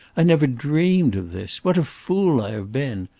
i never dreamed of this! what a fool i have been!